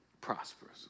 prosperous